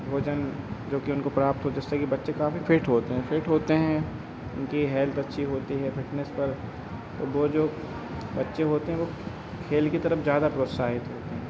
भोजन जोकि उनको प्राप्त हो जिससे कि बच्चे काफ़ी फ़िट होते हैं फ़िट होते हैं उनकी हेल्थ अच्छी होती है फ़िटनेस पर और वह जो बच्चे होते हैं वे खेल की तरफ ज़्यादा प्रोत्साहित होते हैं